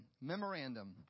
Memorandum